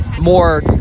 more